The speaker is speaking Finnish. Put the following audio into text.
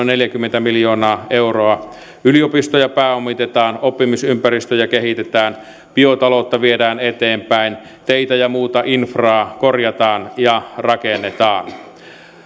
neljäkymmentä miljoonaa euroa yliopistoja pääomitetaan oppimisympäristöjä kehitetään biotaloutta viedään eteenpäin teitä ja muuta infraa korjataan ja rakennetaan